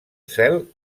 cel